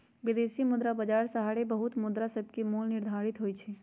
विदेशी मुद्रा बाजार सहारे बहुते मुद्रासभके मोल निर्धारित होतइ छइ